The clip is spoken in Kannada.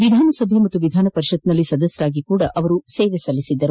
ವಿಧಾನಸಭೆ ಹಾಗೂ ವಿಧಾನಪರಿಷತ್ನಲ್ಲಿ ಸದಸ್ಯರಾಗಿ ಅವರು ಸೇವೆ ಸಲ್ಲಿಸಿದ್ದರು